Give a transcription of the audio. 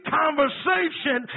conversation